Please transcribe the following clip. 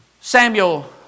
Samuel